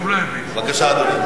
בבקשה, אדוני.